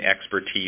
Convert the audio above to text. expertise